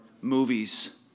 movies